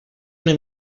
una